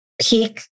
peak